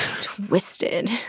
twisted